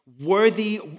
Worthy